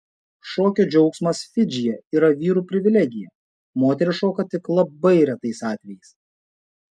šokio džiaugsmas fidžyje yra vyrų privilegija moterys šoka tik labai retais atvejais